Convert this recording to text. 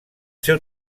seu